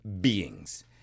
beings